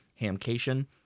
hamcation